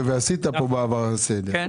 ועשית כאן בעבר סדר,